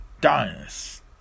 dance